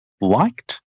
liked